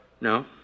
No